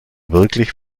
wirklich